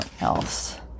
else